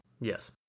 Yes